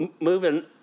moving